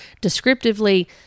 descriptively